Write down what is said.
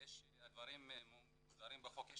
הדברים מוסדרים בחוק,